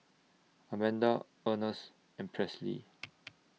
Amanda Ernest and Presley